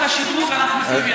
את השדרוג אנחנו עושים יחד.